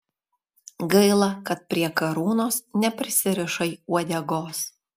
gaila kad prie karūnos neprisirišai uodegos